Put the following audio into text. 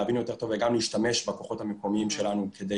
להבין יותר טוב וגם להשתמש בכוחות המקומיים שלנו כדי